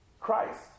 Christ